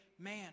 man